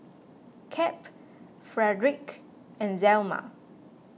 Cap Fredric and Zelma